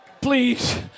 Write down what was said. Please